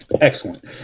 Excellent